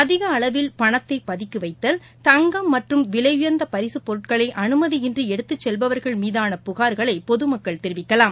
அதிகஅளவில் பணத்தைபதுக்கிவைத்தல் தங்கம் மற்றும் விலையுயர்ந்தபரிசுப்பொருட்களைஅனுமதியின்றிஎடுத்துசெல்பவர்கள் மீதான புகார்களைபொதுமக்கள் தெரிவிக்கலாம்